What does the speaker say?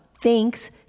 thanks